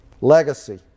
Legacy